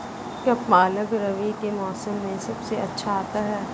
क्या पालक रबी के मौसम में सबसे अच्छा आता है?